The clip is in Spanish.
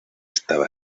estaba